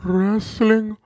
Wrestling